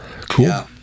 cool